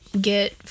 get